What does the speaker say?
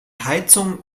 heizung